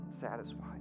satisfied